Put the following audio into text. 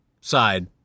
side